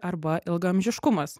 arba ilgaamžiškumas